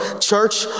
church